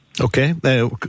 Okay